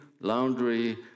laundry